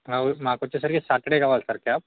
మా ఉరికి మాకొచ్చేసరికి సాటర్డే కావాలి సార్ క్యాబ్